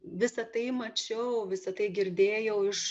visa tai mačiau visa tai girdėjau iš